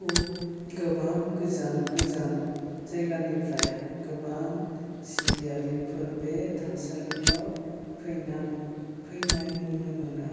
गोबां गोजान गोजान जायगानिफ्राय गोबां सिबियारिफोर बे थानसालियाव फैनानै फैनाय नुनो मोनो